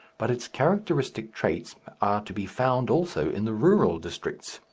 but its characteristic traits are to be found also in the rural districts.